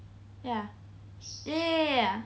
ya ya ya